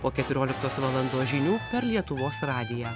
po keturioliktos valandos žinių per lietuvos radiją